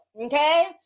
Okay